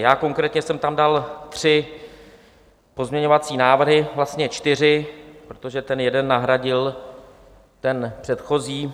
Já konkrétně jsem tam dal tři pozměňovací návrhy, vlastně čtyři, protože ten jeden nahradil ten předchozí.